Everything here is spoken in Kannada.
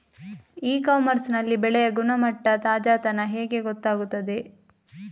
ಇ ಕಾಮರ್ಸ್ ನಲ್ಲಿ ಬೆಳೆಯ ಗುಣಮಟ್ಟ, ತಾಜಾತನ ಹೇಗೆ ಗೊತ್ತಾಗುತ್ತದೆ?